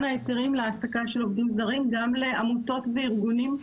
ההיתרים להעסקה של עובדים זרים גם לעמותות וארגונים.